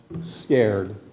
scared